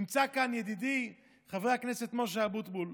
נמצא כאן ידידי חברי הכנסת משה אבוטבול,